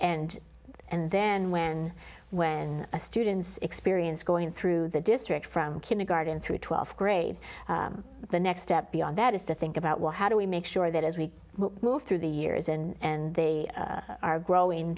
and and then when when a student's experience going through the district from kindergarten through twelfth grade the next step beyond that is to think about well how do we make sure that as we move through the years and they are growing